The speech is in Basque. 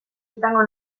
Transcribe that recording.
izango